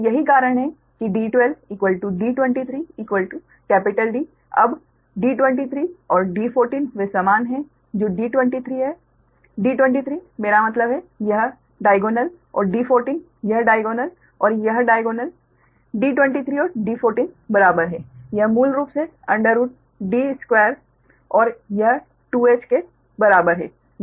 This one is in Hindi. तो यही कारण है कि d12 d21 D अब d23 और d14 वे समान हैं जो d23 है d23 मेरा मतलब है यह विकर्ण और d14 यह विकर्ण और यह विकर्ण d23 और d14 बराबर है यह मूल रूप से अंडर रूट d स्कवेर और यह 2h के बराबर है